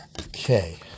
Okay